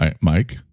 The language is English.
Mike